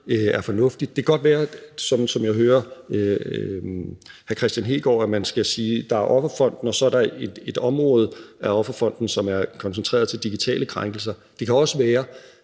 er fornuftigt. Det kan godt være, at man, sådan som jeg hører hr. Kristian Hegaard, skal sige, at der er Offerfonden, og at der så er et område af Offerfonden, som er koncentreret om digitale krænkelser. Det kan også være,